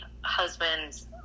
husband's